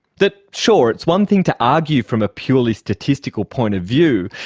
that, sure, it's one thing to argue from a purely statistical point of view,